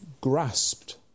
grasped